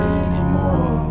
anymore